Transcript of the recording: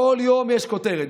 בכל יום יש כותרת.